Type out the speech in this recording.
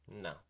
No